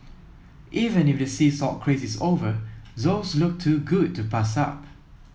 even if the sea salt craze is over those look too good to pass up